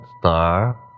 star